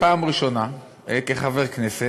בפעם הראשונה כחבר כנסת.